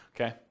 okay